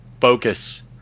Focus